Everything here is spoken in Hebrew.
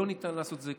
לא ניתן לעשות את זה,